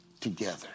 together